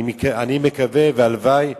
אני מקווה והלוואי